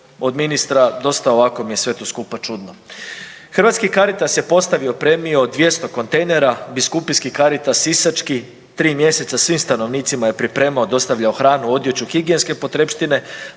od ministra dosta ovako mi je sve to skupa čudno. Hrvatski Caritas je postavio i opremio od 200 kontejnera, biskupijski Caritas sisački tri mjeseca svim stanovnicima je pripremao i dostavljao hranu, odjeću, higijenske potrepštine,